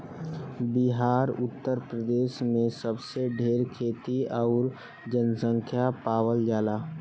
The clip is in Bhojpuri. बिहार उतर प्रदेश मे सबसे ढेर खेती अउरी जनसँख्या पावल जाला